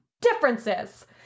Differences